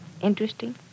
interesting